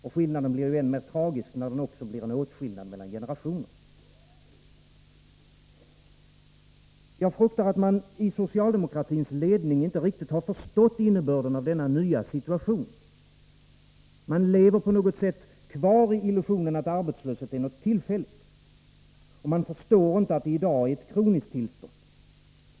Och skillnaden blir än mer tragisk när det också blir en åtskillnad mellan generationer. Jag fruktar att man i socialdemokratins ledning inte riktigt har förstått innebörden av denna nya situation. Man lever på något sätt kvar i illusionen att arbetslöshet är något tillfälligt. Man förstår inte att det i dag är ett kroniskt tillstånd.